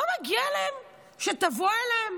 לא מגיע להם שתבוא אליהם?